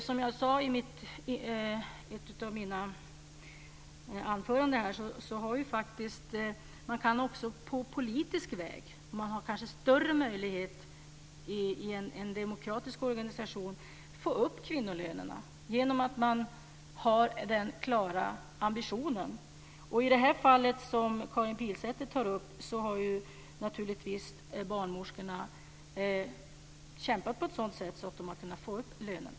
Som jag sade i mitt anförande kan man också på politisk väg få upp kvinnolönerna. Man kanske har större möjlighet i en demokratisk organisation genom att man har den klara ambitionen. I det fall som Karin Pilsäter tar upp har barnmorskorna naturligtvis kämpat på ett sådant sätt att de har kunnat få upp lönerna.